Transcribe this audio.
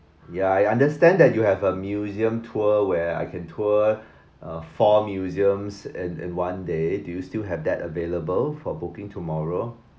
ya I understand that you have a museum tour where I can tour uh four museums in in one day do you still have that available for booking tomorrow